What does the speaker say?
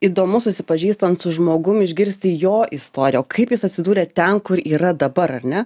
įdomu susipažįstant su žmogum išgirsti jo istoriją o kaip jis atsidūrė ten kur yra dabar ar ne